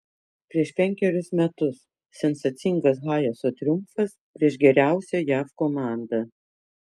prieš penkerius metus sensacingas hayeso triumfas prieš geriausią jav komandą